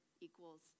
equals